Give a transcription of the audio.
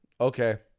okay